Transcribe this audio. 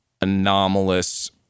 anomalous